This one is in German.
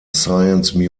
science